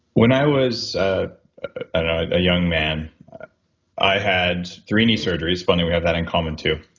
when i was a young man i had three knee surgeries. finally we have that in common too.